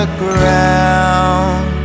ground